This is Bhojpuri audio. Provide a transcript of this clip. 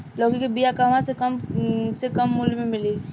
लौकी के बिया कहवा से कम से कम मूल्य मे मिली?